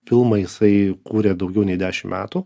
filmą jisai kūrė daugiau nei dešimt metų